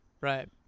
Right